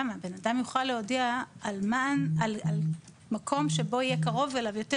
למה בנאדם יוכל להודיע על מקום שבו יהיה קרוב אליו יותר,